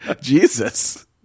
Jesus